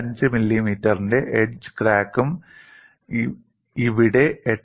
5 മില്ലിമീറ്ററിന്റെ എഡ്ജ് ക്രാക്കും ഇവിടെ 8